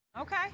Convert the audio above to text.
Okay